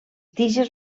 tiges